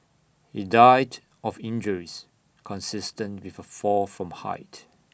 he died of injuries consistent with A fall from height